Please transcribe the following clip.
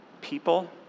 people